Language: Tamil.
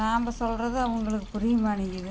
நாம் சொல்கிறது அவங்களுக்கு புரிய மாட்டேங்கிறது